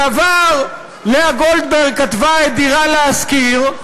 בעבר לאה גולדברג כתבה את "דירה להשכיר",